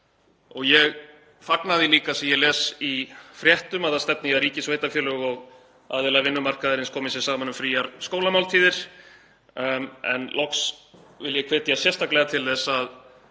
Ég fagna því líka sem ég les í fréttum að það stefni í að ríki, sveitarfélög og aðilar vinnumarkaðarins komi sér saman um fríar skólamáltíðir. En loks vil ég hvetja sérstaklega til þess að